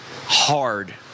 hard